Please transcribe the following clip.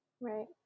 Right